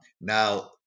Now